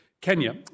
Kenya